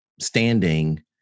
standing